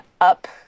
up